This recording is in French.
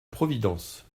providence